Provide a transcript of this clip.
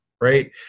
right